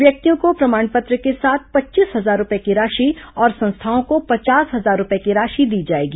व्यक्तियों को प्रमाण पत्र के साथ पच्चीस हजार रूपए की राशि और संस्थाओं को पचास हजार रूपए की राशि दी जाएगी